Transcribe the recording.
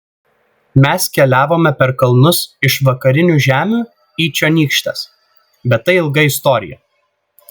mes keliavome per kalnus iš vakarinių žemių į čionykštes bet tai ilga istorija